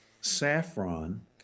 saffron